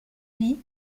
vie